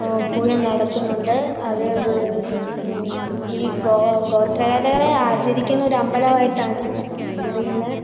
പൂരം നടത്തുന്നുണ്ട് അത് ഈ ഗോത്രകലകളെ ആചരിക്കുന്നൊരു അമ്പലമായിട്ടാണ് അറിയുന്നത്